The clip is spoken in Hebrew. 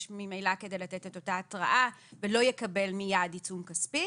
ממילא כדי לתת את אותה התראה ולא יקבל מיד עיצום כספי,